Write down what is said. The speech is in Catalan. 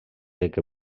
que